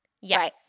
Yes